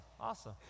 Awesome